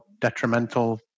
detrimental